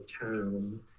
town